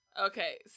Okay